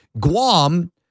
Guam